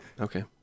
okay